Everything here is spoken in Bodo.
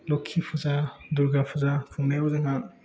लखि फुजा दुरगा फुजा खुंनायाव जोंहा